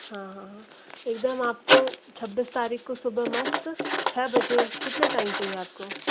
हाँ हाँ एकदम आपको छब्बीस तारीख को सुबह मस्त छ बजे कितने टाइम चाहिए आपको